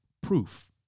proof